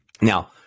now